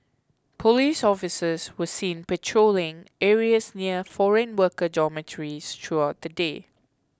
police officers were seen patrolling areas near foreign worker dormitories throughout the day